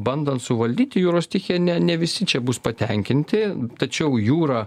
bandant suvaldyti jūros stichiją ne ne visi čia bus patenkinti tačiau jūra